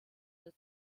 that